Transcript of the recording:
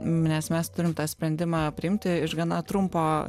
nes mes turim tą sprendimą priimti iš gana trumpo